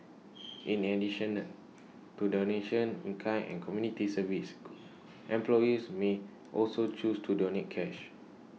in to donation in kind and community service employees may also choose to donate cash